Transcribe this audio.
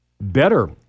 Better